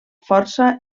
força